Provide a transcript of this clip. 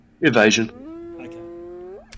Evasion